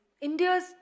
India's